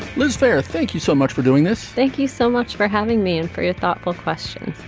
liz beyer thank you so much for doing this. thank you so much for having me and for your thoughtful questions.